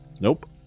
Nope